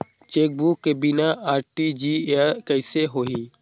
Chequebook के बिना RTGS कइसे होही?